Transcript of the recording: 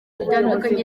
bitandukanye